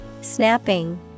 Snapping